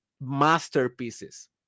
masterpieces